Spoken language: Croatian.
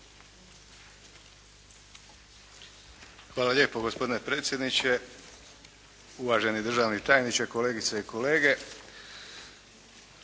Hvala lijepo gospodine predsjedniče, uvaženi državni tajniče, kolegice i kolege.